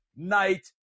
Night